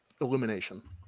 illumination